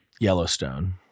Yellowstone